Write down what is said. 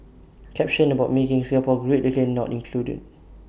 caption about making Singapore great again not included